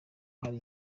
hari